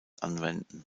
anwenden